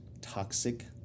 toxic